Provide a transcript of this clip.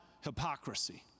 hypocrisy